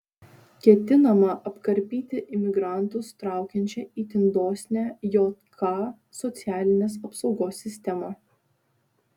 ketinama apkarpyti imigrantus traukiančią itin dosnią jk socialinės apsaugos sistemą